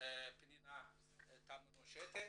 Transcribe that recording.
פנינה תמנו שטה.